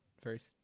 first